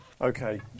Okay